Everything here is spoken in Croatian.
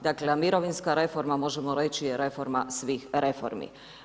Dakle, a mirovinska reforma možemo reći je reforma svih reformi.